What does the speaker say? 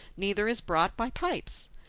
neither is brought by pipes.